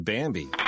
Bambi